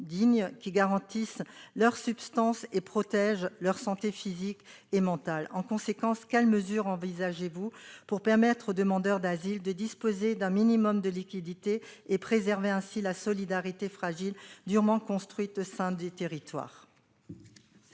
qui garantisse leur subsistance et protège leur santé physique et mentale. En conséquence, quelles mesures envisagez-vous pour permettre aux demandeurs d'asile de disposer d'un minimum de liquidités et préserver ainsi les solidarités fragiles durement construites au sein des territoires ?